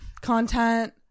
content